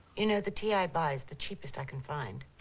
you know the tea i buy is the cheapest i can find.